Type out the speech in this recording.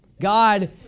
God